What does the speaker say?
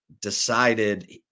decided